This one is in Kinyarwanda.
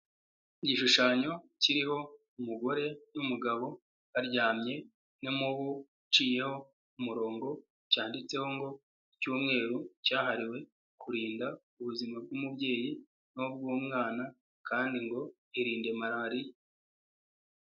Igishushanyo kiriho umugore n'umugabo baryamye, n'umubu uciyeho umurongo, cyanditseho ngo ''icyumweru cyahariwe kurinda ubuzima bw'umubyeyi n'ubw'umwana'', kandi ngo '' irinde malariya.''